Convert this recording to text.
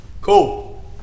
Cool